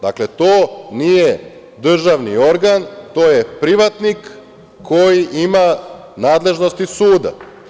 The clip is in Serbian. Dakle, to nije državni organ, to je privatnik koji ima nadležnosti suda.